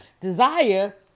Desire